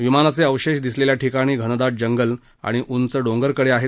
विमानाचे अवशेष दिसलेल्या ठिकाणी घनदाट जंगल आणि उंच डोंगरकडे आहेत